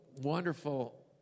wonderful